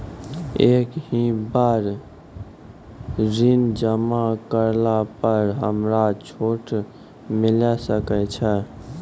एक ही बार ऋण जमा करला पर हमरा छूट मिले सकय छै?